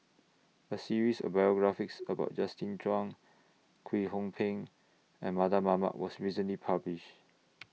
A series of biographies about Justin Zhuang Kwek Hong Png and Mardan Mamat was recently published